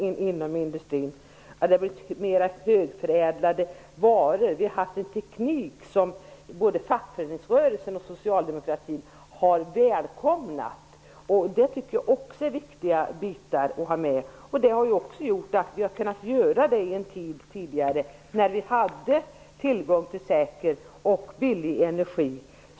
Varorna har blivit mer högförädlade. Vi har fått en teknik som både fackföreningsrörelsen och Socialdemokraterna har välkomnat. Det är också viktigt. Detta har kunnat ske i en tid när vi hade tillgång till säker och billig energi.